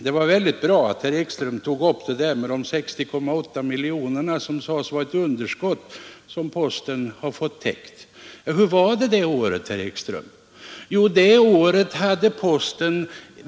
Det var väldigt bra att herr Ekström tog upp detta med de 60,8 miljonerna som sades vara ett underskott som postverket har fått täckt. Men hur var det under det aktuella året, herr Ekström?